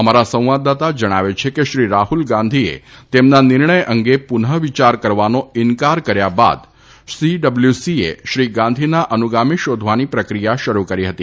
અમારા સંવાદદાતા જણાવે છે કે શ્રી રાહ્લ ગાંધીએ તેમના નિર્ણય અંગે પુનઃવિયાર કરવાનો ઇન્કાર કર્યા બાદ સીડબ્લ્યુસીએ શ્રી ગાંધીના અનુગામી શોધવાની પ્રક્રિયા શરૂ કરી છે